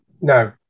No